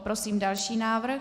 Prosím další návrh.